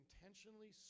intentionally